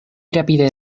rapide